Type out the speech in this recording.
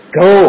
go